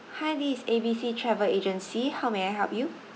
hi this is A B C travel agency how may I help you